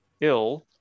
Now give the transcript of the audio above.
ill